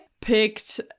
picked